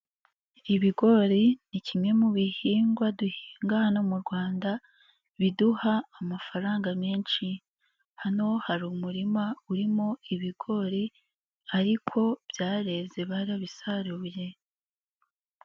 Ibigori ni kimwe mu bihingwa duhinga hano mu Rwanda biduha amafaranga menshi, hano hari umurima urimo ibigori ariko byareze barabisaruye.